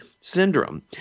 syndrome